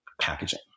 packaging